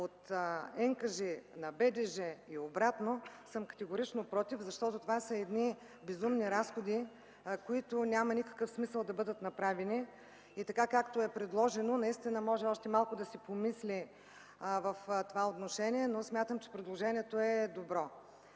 от НКЖИ на БДЖ и обратното съм категорично против. Това са едни безумни разходи, които няма смисъл да бъдат направени. Така както е предложено, наистина може още малко да се помисли в това отношение, но смятам, че предложението е добро.